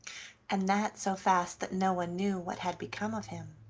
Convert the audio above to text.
and that so fast that no one knew what had become of him.